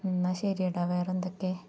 എന്നാൽ ശരിയെടാ വേറെ എന്തൊക്കെ